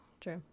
True